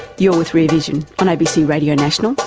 you're with rear vision on abc radio national.